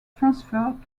transferred